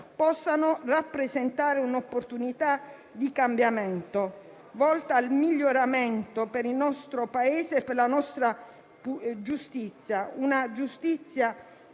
possano rappresentare un'opportunità di cambiamento volta al miglioramento per il nostro Paese e per la nostra giustizia, una giustizia